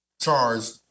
charged